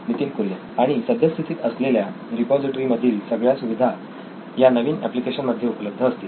नितीन कुरियन आणि सद्यस्थितीत असलेल्या रिपॉझिटरी मधील सगळ्या सुविधा या नवीन एप्लिकेशन मध्ये उपलब्ध असतील